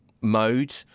mode